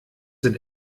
sind